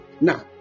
now